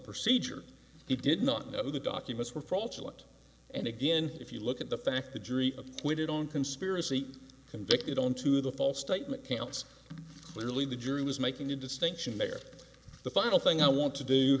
procedure he did not know who the documents were fraudulent and again if you look at the fact the jury acquitted on conspiracy convicted on to the false statement counts clearly the jury was making a distinction there the final thing i want to do